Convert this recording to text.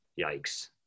Yikes